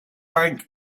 bank